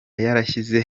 yarashyize